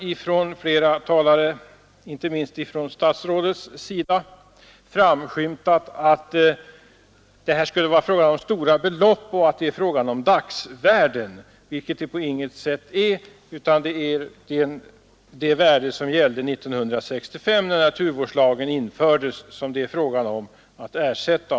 I flera anföranden, inte minst statsrådets, har det framskymtat att det här skulle vara fråga om stora belopp och om dagsvärden, vilket det på inget sätt är, utan det är det värde som gällde 1965, när naturvårdslagen infördes, som det är fråga om att ersätta.